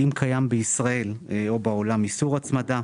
האם קיים בישראל או בעולם איסור הצמדה?